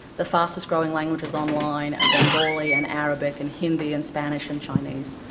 the fastest growing languages online are bengali and arabic and hindi and spanish and chinese.